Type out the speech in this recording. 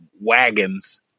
wagons